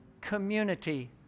community